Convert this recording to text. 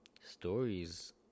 stories